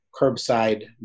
curbside